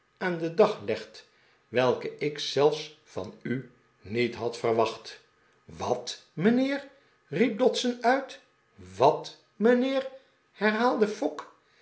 aan den dag legt welke ik zelfs van u niet had verwacht wat mijnheer riep dodson uit wat mijnheer herhaalde fogg